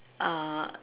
uh